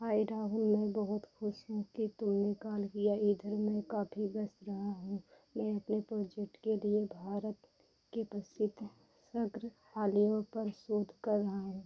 हाय राहुल मैं बहुत ख़ुश हूँ कि तुमने कॉल किया इधर मैं काफी व्यस्त रहा हूँ मैं अपने प्रोजेक्ट के लिए भारत के प्रसिद्ध संग्रहालयों पर शोध कर रहा हूँ